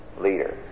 Leader